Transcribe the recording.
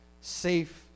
safe